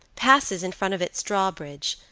passes in front of its drawbridge,